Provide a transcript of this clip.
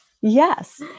Yes